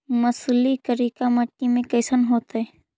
मसुरी कलिका मट्टी में कईसन होतै?